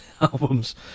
albums